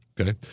Okay